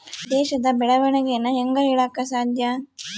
ದೇಶದ ಬೆಳೆವಣಿಗೆನ ಹೇಂಗೆ ಹೇಳಕ ಸಾಧ್ಯ?